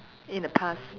in the past